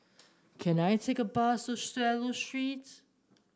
can I take a bus to Swallow Street